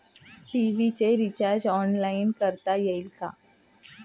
TV चे recharge online करता येईल का?